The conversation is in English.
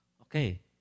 Okay